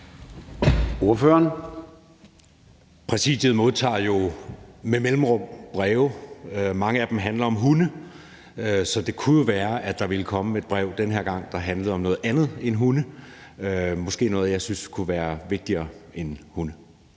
Søe (M): Præsidiet modtager jo med mellemrum breve. Mange af dem handler om hunde. Men det kunne jo være, at der kom et brev den her gang, der handlede om noget andet end hunde, måske om noget, jeg synes kunne være vigtigere end hunde.